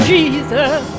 Jesus